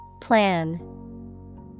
Plan